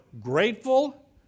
grateful